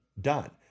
done